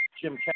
Jim